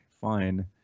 Fine